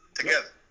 together